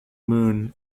moon